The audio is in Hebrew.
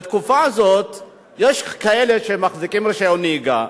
בתקופה הזאת יש כאלה שמחזיקים רשיון נהיגה,